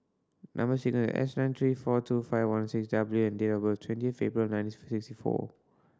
number sequence S nine three four two five one six W and date of birth twenty April nineteen sixty four